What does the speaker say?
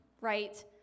Right